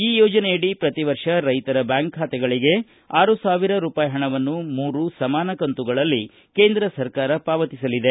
ಈ ಯೋಜನೆಯಡಿ ಪ್ರತಿವರ್ಷ ರೈತರ ಬ್ಯಾಂಕ್ ಖಾತೆಗಳಿಗೆ ಆರು ಸಾವಿರ ರೂಪಾಯಿ ಹಣವನ್ನು ಮೂರು ಸಮಾನ ಕಂತುಗಳಲ್ಲಿ ಕೇಂದ್ರ ಸರ್ಕಾರ ಪಾವತಿಸಲಿದೆ